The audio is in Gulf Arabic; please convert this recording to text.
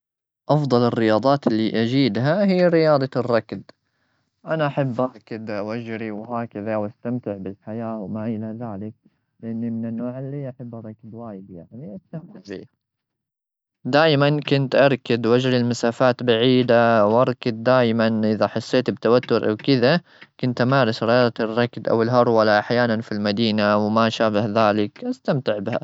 أفضل الرياضات اللي أجيدها هي رياضة الركض. أنا أحب أركض وأجري وهكذا وأستمتع بالحياة وما إلى ذلك. لأني من النوع اللي أحب أركز وايد، يعني أستمتع بها. دايما كنت أركض وأجري لمسافات بعيدا. وأركد دايما إذا حسيت بتوتر أو كذا، كنت أمارس رياضة الركد أو الهرولة أحيانا في المدينة وما شابه ذلك. أستمتع بها.